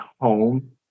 home